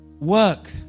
Work